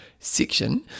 section